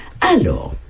Alors